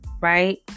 Right